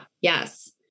yes